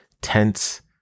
tense